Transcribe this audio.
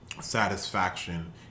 satisfaction